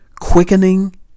quickening